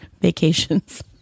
vacations